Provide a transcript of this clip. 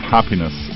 Happiness